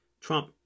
Trump